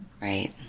Right